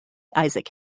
isaac